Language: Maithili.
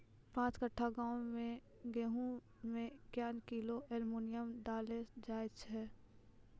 पाँच कट्ठा गांव मे गेहूँ मे क्या किलो एल्मुनियम देले जाय तो?